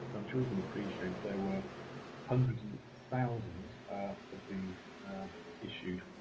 i'm sure you can appreciate there were hundreds and thousands of these issued